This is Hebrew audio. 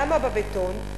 למה בבטון?